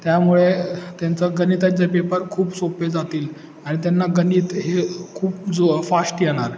त्यामुळे त्यांचं गणिताचे पेपर खूप सोपे जातील आणि त्यांना गणित हे खूप जो फास्ट येणार